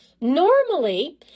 Normally